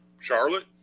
Charlotte